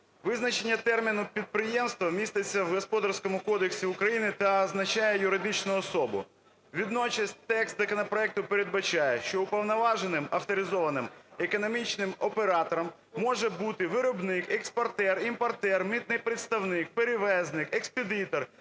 Визначення терміну "підприємство" міститься в Господарському кодексі України та означає юридичну особу. Водночас текст законопроекту передбачає, що уповноваженим авторизованим економічним оператором може бути виробник, експортер, імпортер, митний представник, перевізник, експедитор,